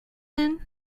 then